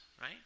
right